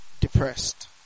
depressed